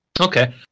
Okay